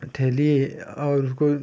ठेलिए और उसको